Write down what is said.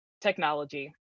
technology